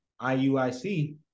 IUIC